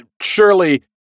Surely